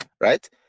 right